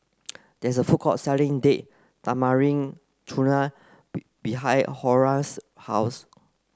there's a food court selling Date Tamarind Chutney be behind Horace's house